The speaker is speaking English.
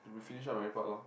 you finish all my part lor